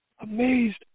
amazed